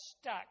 stuck